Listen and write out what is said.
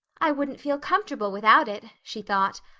i wouldn't feel comfortable without it, she thought.